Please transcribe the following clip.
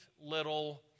little